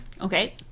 okay